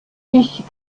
ich